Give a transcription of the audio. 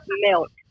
milk